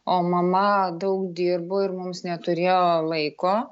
o mama daug dirbo ir mums neturėjo laiko